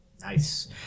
Nice